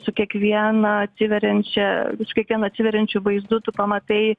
su kiekviena atsiveriančia su kiekvienu atsiveriančiu vaizdu tu pamatai